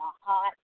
hot